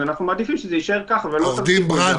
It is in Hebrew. אז אנחנו מעדיפים שזה יישאר ככה ולא --- עורך דין ברנד,